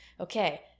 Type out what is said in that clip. Okay